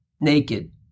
naked